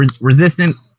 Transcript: resistant